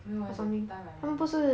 没有 leh that time I went there